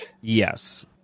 Yes